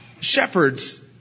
Shepherds